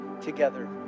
together